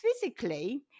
physically